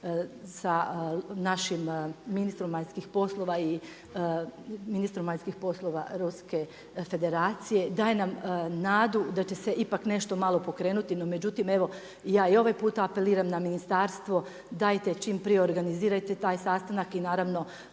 sa našim ministrom vanjskih poslova i ministrom vanjskih poslova Ruske federacije, daje nam nadu da će se ipak nešto malo pokrenuti, no međutim evo, ja i ovaj puta apeliram na ministarstvo, dajte čim prije organizirajte taj sastanak i naravno